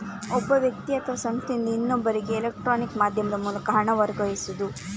ಒಬ್ಬ ವ್ಯಕ್ತಿ ಅಥವಾ ಸಂಸ್ಥೆಯಿಂದ ಇನ್ನೊಬ್ಬರಿಗೆ ಎಲೆಕ್ಟ್ರಾನಿಕ್ ಮಾಧ್ಯಮದ ಮೂಲಕ ಹಣ ವರ್ಗಾಯಿಸುದು